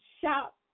shop